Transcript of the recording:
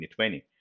2020